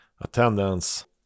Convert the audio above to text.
attendance